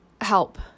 help